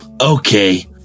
Okay